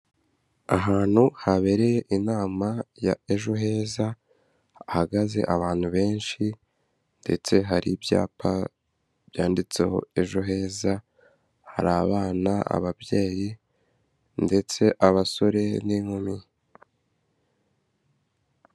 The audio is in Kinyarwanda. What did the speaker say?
Ahantu habereye inama ya ejo heza, hahagaze abantu benshi, ndetse hari ibyapa byanditseho ejo heza, hari abana, ababyeyi, ndetse abasore, n'inkumi.